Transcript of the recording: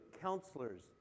counselors